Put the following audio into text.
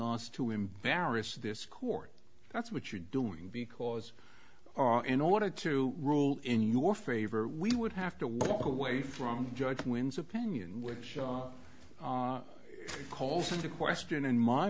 us to embarrass this court that's what you're doing because in order to rule in your favor we would have to walk away from judge wins opinion which calls into question in my